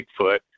Bigfoot